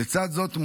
לצד זאת,